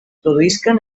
produïsquen